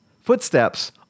footsteps